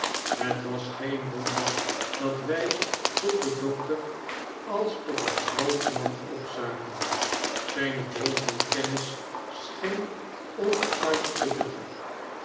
het was geen wonder dat wij tot den dokter als tot een groot man opzagen zyne bronvan kennis scheen onuitputtelijk